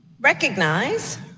recognize